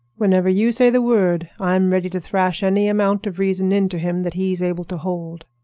whenever you say the word i'm ready to thrash any amount of reason into him that he's able to hold.